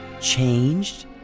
changed